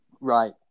right